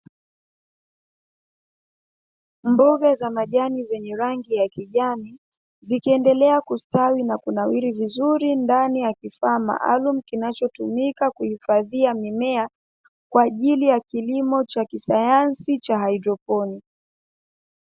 Mboga za majani zenye rangi ya kijani, zikiendelea kustawi na kunawiri vizuri ndani ya kifaa maalumu kinachotumika kuhifadhia mimea, kwa ajili ya kilimo cha kisayansi cha haidroponi.